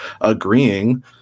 agreeing